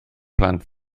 plant